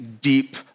deep